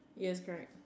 yes correct